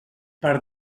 per